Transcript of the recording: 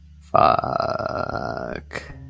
Fuck